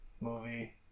Movie